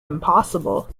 impossible